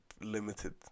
limited